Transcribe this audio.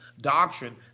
doctrine